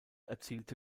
erzielte